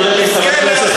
אדוני היושב-ראש,